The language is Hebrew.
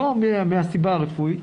לא מהסיבה הרפואית,